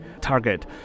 target